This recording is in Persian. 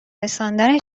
رساندن